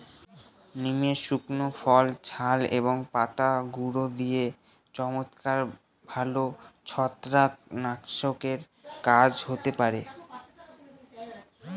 নিমের শুকনো ফল, ছাল এবং পাতার গুঁড়ো দিয়ে চমৎকার ভালো ছত্রাকনাশকের কাজ হতে পারে